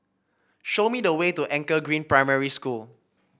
show me the way to Anchor Green Primary School